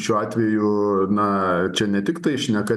šiuo atveju na čia ne tiktai šneka